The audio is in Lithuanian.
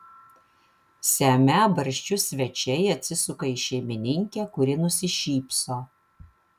semią barščius svečiai atsisuka į šeimininkę kuri nusišypso